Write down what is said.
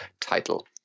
title